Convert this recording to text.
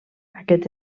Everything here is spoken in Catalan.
aquest